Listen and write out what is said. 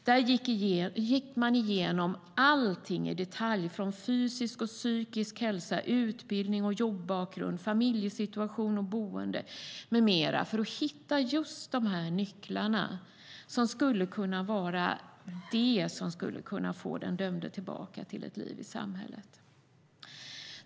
Där gick man igenom allting i detalj från fysisk och psykisk hälsa, bakgrund vad gäller utbildning och jobb till familjesituation och boende med mera för att hitta de nycklar som skulle kunna vara det som skulle kunna få den dömde tillbaka till ett liv i samhället.